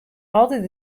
altyd